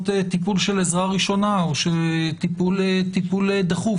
טיפול של עזרה ראשונה או טיפול דחוף,